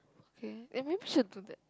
okay eh maybe should do that